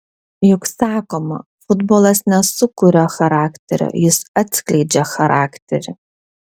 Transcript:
juk sakoma futbolas nesukuria charakterio jis atskleidžia charakterį